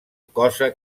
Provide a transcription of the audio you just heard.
cosa